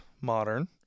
Modern